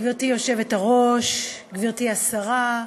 גברתי היושבת-ראש, גברתי השרה,